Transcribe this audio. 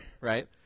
right